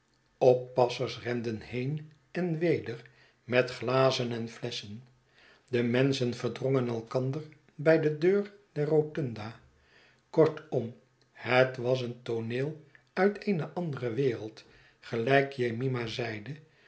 oppassers renden heen en weder met glazen en flesschen de menschen verdrongen elkander bij de deur der rotunda kortom het was een tooneel uit eene andere wereld gelijk jemima zeide